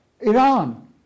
Iran